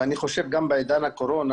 אני חושב שגם בעידן הקורונה